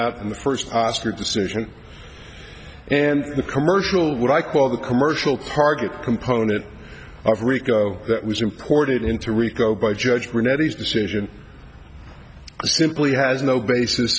out in the first oscar decision and the commercial what i call the commercial target component of rico that was imported into rico by judge nettie's decision simply has no basis